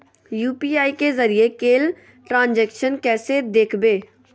UPI के जरिए कैल ट्रांजेक्शन कैसे देखबै?